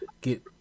get